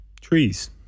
trees